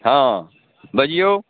हँ बजिऔ